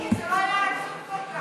זה היה מצחיק אם זה לא היה עצוב כל כך.